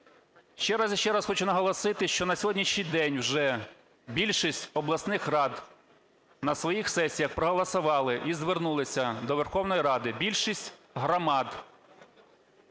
Ще раз і ще раз хочу наголосити, що на сьогоднішній день вже більшість обласних рад на своїх сесіях проголосували і звернулися до Верховної Ради, більшість громад